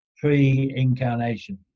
pre-incarnation